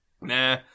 nah